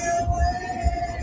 away